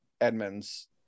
Edmund's